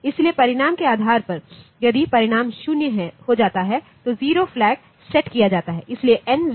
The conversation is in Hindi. इसलिए परिणाम के आधार पर यदि परिणाम 0 हो जाता है तो जीरो फ्लैग सेट किया जाता है इसलिए NZCV